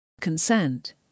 Consent